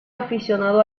aficionado